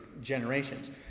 generations